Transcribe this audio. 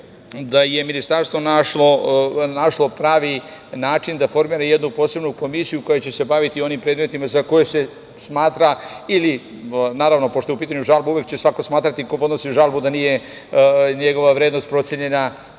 da je Ministarstvo našlo pravi način da formira jednu posebnu komisiju koja će se baviti onim predmetima za koje se smatra… Naravno, pošto je u pitanju žalba, uvek će svako ko podnosi žalbu smatrati da nije njegova vrednost procenjena